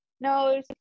No